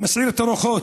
מסעיר את הרוחות,